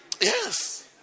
Yes